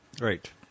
Right